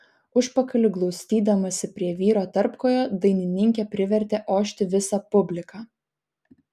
užpakaliu glaustydamasi prie vyro tarpkojo dainininkė privertė ošti visą publiką